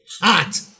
Hot